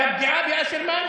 הפגיעה באשרמן,